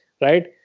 right